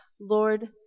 Lord